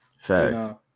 Facts